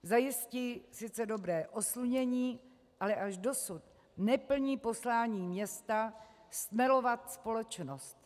Zajistí sice dobré oslunění, ale až dosud neplní poslání města stmelovat společnost.